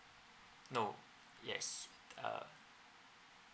no yes uh